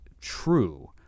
true